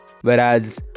whereas